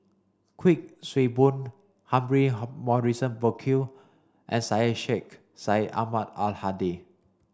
Kuik Swee Boon Humphrey Morrison Burkill and Syed Sheikh Syed Ahmad Al Hadi